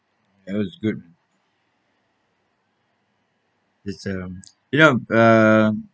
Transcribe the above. that was good it's um you know uh